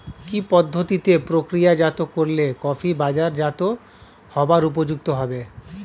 কি পদ্ধতিতে প্রক্রিয়াজাত করলে কফি বাজারজাত হবার উপযুক্ত হবে?